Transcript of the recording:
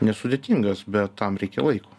nesudėtingas bet tam reikia laiko